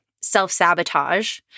self-sabotage